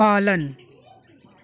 पालन